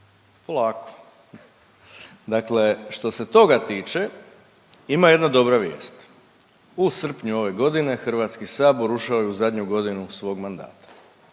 Polako. Dakle što se toga tiče, ima jedna dobra vijest. U srpnju ove godine HS ušao je u zadnju godinu svog mandata.